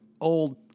old